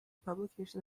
publication